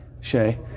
Shay